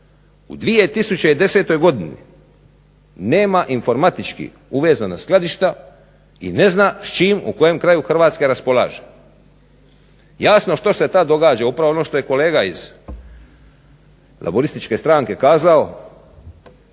u 2010. godini nema informatički uvezana skladišta i ne zna s čim u kojem kraju Hrvatske raspolaže. Jasno što se tad događa, upravo ono što je kolega iz Laburističke stranke kazao,